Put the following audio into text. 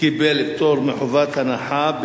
קיבל פטור מחובת הנחה.